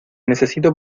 necesito